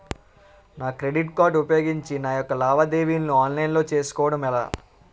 నా credit card ఉపయోగించి నా యెక్క లావాదేవీలను ఆన్లైన్ లో చేసుకోవడం ఎలా?